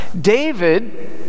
David